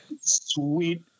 Sweet